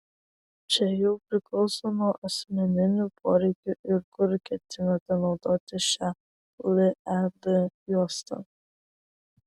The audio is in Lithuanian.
čia jau priklauso nuo asmeninių poreikių ir kur ketinate naudoti šią led juostą